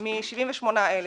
מ-78,000.